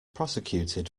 prosecuted